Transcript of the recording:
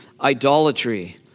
idolatry